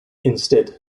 instead